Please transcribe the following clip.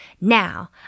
Now